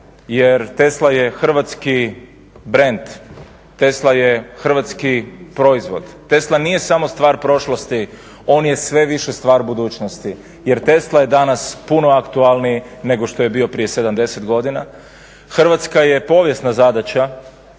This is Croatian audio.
jer Tesla je hrvatski brend, Tesla je hrvatski proizvod, Tesla nije samo stvar prošlosti, on je sve više stvar budućnosti jer Tesla je danas puno aktualniji nego što je bio prije 70 godina, Hrvatska je, povijesna zadaća